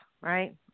right